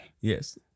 Yes